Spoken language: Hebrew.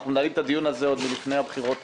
אנחנו מנהלים את הדיון הזה עוד לפני הבחירות.